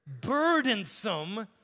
burdensome